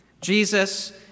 Jesus